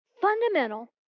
fundamental